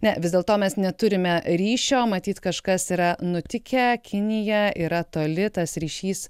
ne vis dėl to mes neturime ryšio matyt kažkas yra nutikę kinija yra toli tas ryšys